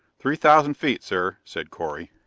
three thousand feet, sir, said correy.